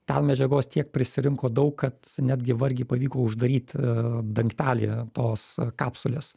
ten medžiagos tiek prisirinko daug kad netgi vargiai pavyko uždaryt dangtely tos kapsulės